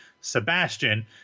Sebastian